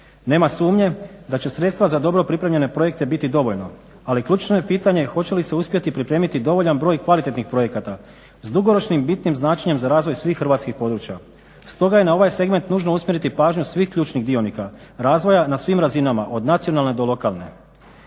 Nema sumnje da će sredstva za dobro pripremljene projekte biti dovoljno, ali ključno je pitanje hoće li se uspjeti pripremiti dovoljan broj kvalitetnih projekata. S dugoročnim bitnim značenjem za razvoj svih Hrvatskih područja. Stoga je na ovaj segment nužno usmjeriti pažnju svih ključnih dionika razvoja na svim razinama od nacionalne do lokalne.